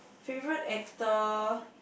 favourite actor